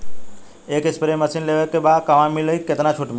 एक spray machine लेवे के बा कहवा मिली केतना छूट मिली?